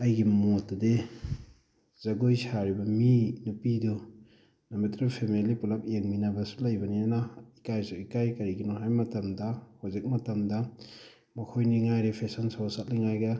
ꯑꯩꯒꯤ ꯃꯣꯠꯇꯗꯤ ꯖꯒꯣꯏ ꯁꯥꯔꯤꯕ ꯃꯤ ꯅꯨꯄꯤꯗꯨ ꯅꯨꯃꯤꯠꯇꯨꯗ ꯐꯦꯃꯤꯂꯤ ꯄꯨꯜꯂꯞ ꯌꯦꯡꯃꯤꯟꯅꯕꯁꯨ ꯂꯩꯕꯅꯤꯅ ꯏꯀꯥꯏꯁꯨ ꯏꯀꯥꯏ ꯀꯔꯤꯒꯤꯅꯣ ꯍꯥꯏ ꯃꯇꯝꯗ ꯍꯧꯖꯤꯛ ꯃꯇꯝꯗ ꯃꯈꯣꯏꯅꯤ ꯃꯉꯥꯏꯔꯦ ꯐꯦꯁꯟ ꯁꯣ ꯆꯠꯂꯤꯉꯥꯏꯒ